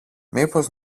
μήπως